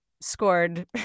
scored